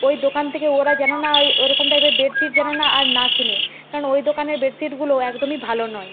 ওই দোকান থেকে ওরা যেন না ওই ওরকম টাইপের বেডশিট যেন না আর না কিনে কারণ ওই দোকানের বেডশিটগুলো একদমই ভালো নয়